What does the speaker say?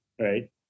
right